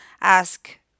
ask